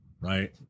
right